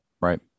Right